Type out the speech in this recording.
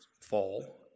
fall